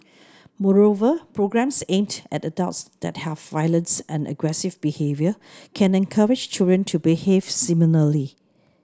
moreover programmes aimed at adults that have violence and aggressive behaviour can encourage children to behave similarly